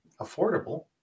affordable